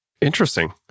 Interesting